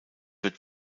wird